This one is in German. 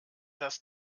das